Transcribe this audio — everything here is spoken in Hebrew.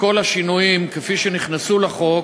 וכל השינויים, כפי שנכנסו לחוק,